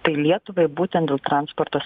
tai lietuvai būtent dėl transporto